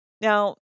Now